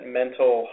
mental